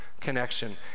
connection